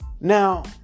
Now